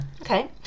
okay